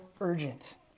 urgent